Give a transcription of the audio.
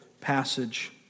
passage